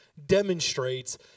demonstrates